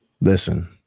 Listen